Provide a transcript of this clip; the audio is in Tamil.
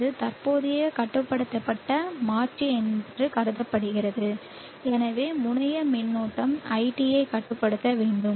இது தற்போதைய கட்டுப்படுத்தப்பட்ட மாற்றி என்று கருதப்படுகிறது எனவே முனைய மின்னோட்ட iT ஐ கட்டுப்படுத்தப்பட வேண்டும்